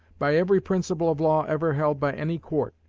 by every principle of law ever held by any court,